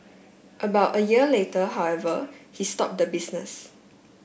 about a year later however he stop the business